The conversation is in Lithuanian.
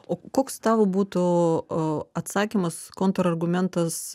o koks tavo būtų atsakymas kontrargumentas